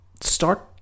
start